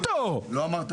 על 96 --- איך?